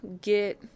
get